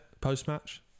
Post-match